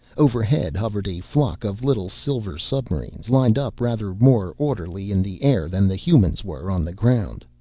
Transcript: overhead hovered a flock of little silver submarines, lined up rather more orderly in the air than the humans were on the ground.